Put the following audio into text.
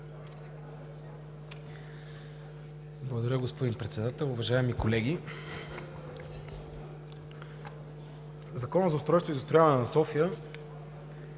Благодаря, господин Председател. Уважаеми колеги, Законът за устройство и застрояване на София